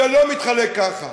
זה לא מתחלק ככה.